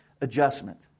adjustment